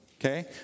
Okay